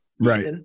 right